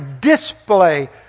display